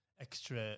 extra